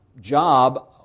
job